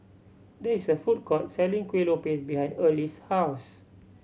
there is a food court selling Kueh Lopes behind Early's house